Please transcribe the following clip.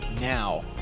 now